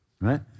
right